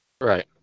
Right